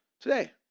today